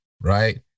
Right